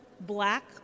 black